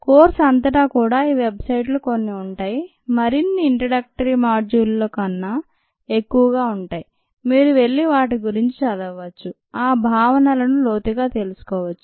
course అంతటా కూడా ఈ వెబ్ సైట్ లు కొన్ని ఉంటాయి మరిన్ని ఇంట్రడక్టరీ మాడ్యూల్ లో కన్నా ఎక్కువగా ఉంటాయి మీరు వెళ్లి వాటి గురించి చదవవచ్చు ఆ భావనలను లోతుగా తెలుసుకోవచ్చు